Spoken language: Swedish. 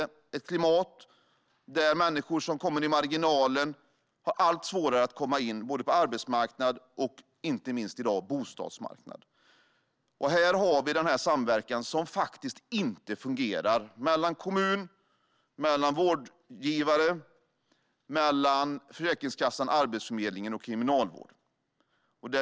Vi har ett klimat där människor som hamnar i marginalen får allt svårare att komma in på arbetsmarknaden och, inte minst, bostadsmarknaden. I dag fungerar inte samverkan mellan kommuner, vårdgivare, Försäkringskassan, Arbetsförmedlingen och kriminalvården.